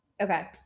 Okay